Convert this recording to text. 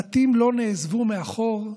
הבתים לא נעזבו מאחור,